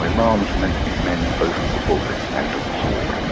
imams were meant to be men both of the book and of the sword.